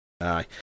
Aye